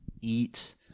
eat